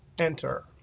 enter.